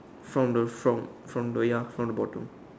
from the from from the ya from the bottom